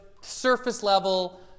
surface-level